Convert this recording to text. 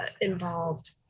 involved